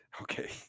Okay